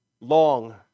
long